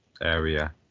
area